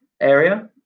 area